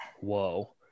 whoa